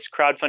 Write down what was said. crowdfunding